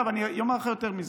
אני אומר לך יותר מזה,